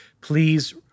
please